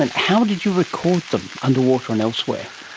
and how did you record them, under water and elsewhere?